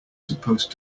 supposed